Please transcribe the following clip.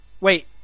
Wait